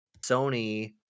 Sony